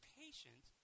patient